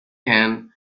can